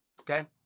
Okay